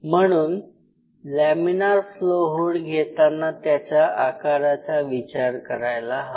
म्हणून laminar flow hood घेताना त्याचा आकाराचा विचार करायला हवा